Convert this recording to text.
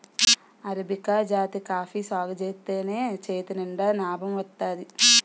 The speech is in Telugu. అరబికా జాతి కాఫీ సాగుజేత్తేనే చేతినిండా నాబం వత్తాది